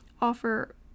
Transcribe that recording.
offer